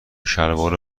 شلوارو